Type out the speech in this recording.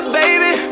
baby